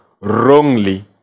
wrongly